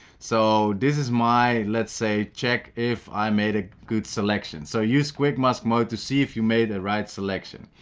so this is my lets say check if i made a good selection. so use quick mask mode to see if you made the right selection.